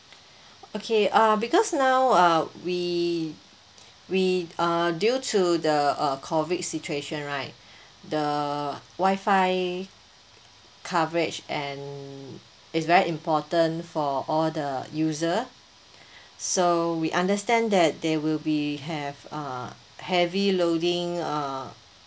okay uh because now uh we we uh due to the uh COVID situation right the wifi coverage and it's very important for all the user so we understand that there will be have uh heavy loading uh